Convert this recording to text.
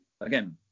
again